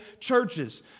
churches